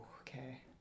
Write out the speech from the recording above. okay